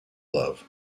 love